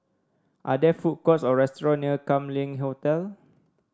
are there food courts or restaurant near Kam Leng Hotel